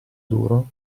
duro